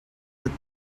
with